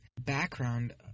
background